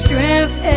Strength